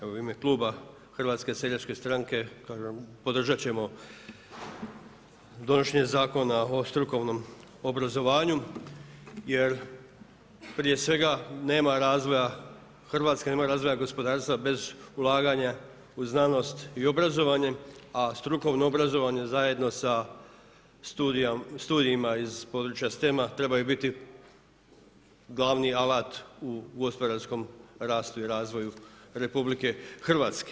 Evo u ime Kluba HSS-a kažem podržati ćemo donošenje Zakona o strukovnom obrazovanju, jer prije svega nema razvoja Hrvatske nema razvoja gospodarstva, bez ulaganja u znanosti i obrazovanje, a strukovno obrazovanje zajedno sa studijama iz područja stam-a trebaju biti glavni alat u gospodarskom rastu i razvoju RH.